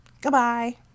Goodbye